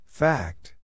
Fact